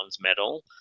medal